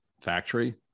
factory